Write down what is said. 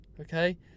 okay